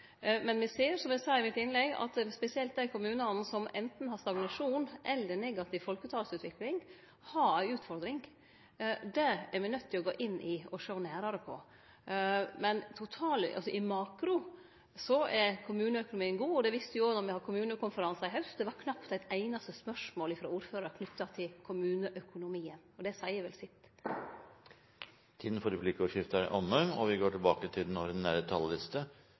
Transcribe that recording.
men me ser, som eg sa i innlegget mitt, at særleg dei kommunane som har stagnasjon eller negativ folketalsutvikling, har ei utfordring. Det er me nøydde til å gå inn i og sjå nærare på. Men totalen – i makro – så er kommuneøkonomien god. Det viste seg òg da me hadde kommunekonferansen no i haust. Det var knapt eit einaste spørsmål frå ordførarar knytt til kommuneøkonomien, og det seier jo sitt. Replikkordskiftet er omme. Vi vil at alle skal ha en reell frihet til